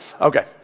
Okay